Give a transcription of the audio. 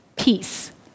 peace